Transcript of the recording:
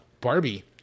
Barbie